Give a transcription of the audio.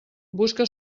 busca